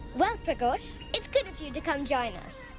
well, pragosh, it's good of you to come join us.